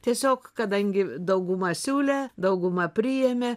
tiesiog kadangi dauguma siūlė dauguma priėmė